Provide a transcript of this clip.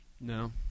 No